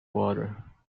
water